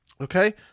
Okay